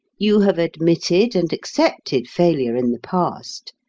you have admitted and accepted failure in the past.